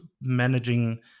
managing